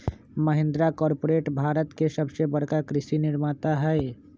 Mahindra corporate Bharat के सबसे बड़का कृषि निर्माता हई